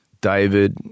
David